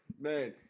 Man